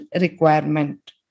requirement